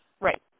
Right